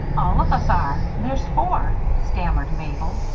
all of us are there's four, stammered mabel,